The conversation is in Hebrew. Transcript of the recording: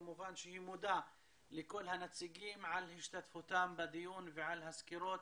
מודה לכל הנציגים על השתתפותם בדיון ועל הסקירות